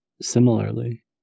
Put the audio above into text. similarly